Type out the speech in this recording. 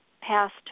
past